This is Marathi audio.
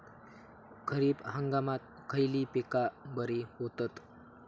खरीप हंगामात खयली पीका बरी होतत?